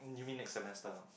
you mean next semester